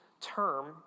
term